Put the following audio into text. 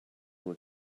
will